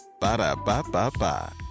Ba-da-ba-ba-ba